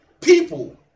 people